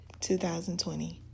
2020